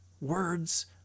Words